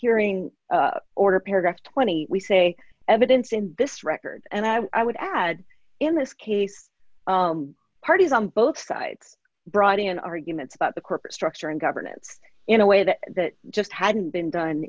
hearing or paragraph twenty we say evidence in this record and i would add in this case parties on both sides brought in arguments about the corporate structure and governance in a way that that just hadn't been done